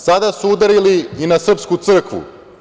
Sada su udarili i na srpsku crkvu.